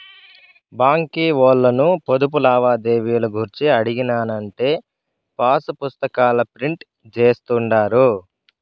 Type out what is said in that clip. బాంకీ ఓల్లను పొదుపు లావాదేవీలు గూర్చి అడిగినానంటే పాసుపుస్తాకాల ప్రింట్ జేస్తుండారు